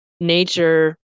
nature